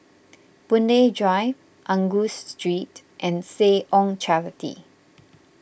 Boon Lay Drive Angus Street and Seh Ong Charity